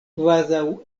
kvazaŭ